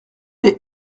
des